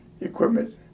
equipment